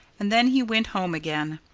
and then he went home again.